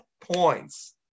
points